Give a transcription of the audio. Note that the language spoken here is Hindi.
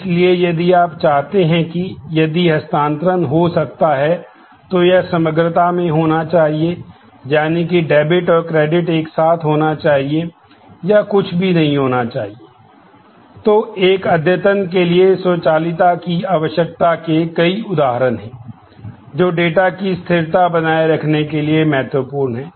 इसलिए यदि आप चाहते हैं कि यदि हस्तांतरण हो सकता है तो यह समग्रता में होना चाहिए यानी कि डेबिट की स्थिरता बनाए रखने के लिए महत्वपूर्ण है